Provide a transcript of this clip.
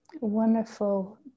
wonderful